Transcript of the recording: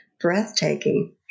breathtaking